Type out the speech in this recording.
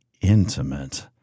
intimate